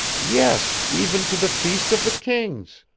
yes, even to the feast of the kings!